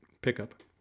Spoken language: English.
pickup